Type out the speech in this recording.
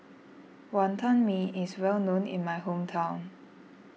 Wonton Mee is well known in my hometown